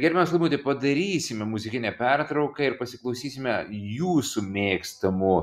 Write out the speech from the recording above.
gerbiamas laimuti padarysime muzikinę pertrauką ir pasiklausysime jūsų mėgstamų